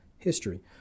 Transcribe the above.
history